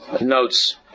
notes